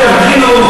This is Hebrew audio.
הכול, רובי,